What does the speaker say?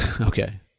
Okay